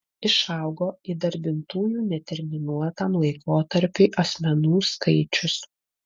išaugo įdarbintųjų neterminuotam laikotarpiui asmenų skaičius